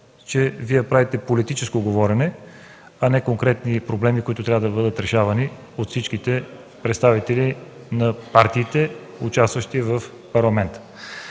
че Вие правите политическо говорене, а не конкретните проблеми, които трябва да бъдат решавани от всичките представители на партиите, участващи в парламента.